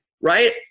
right